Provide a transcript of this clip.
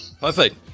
Perfect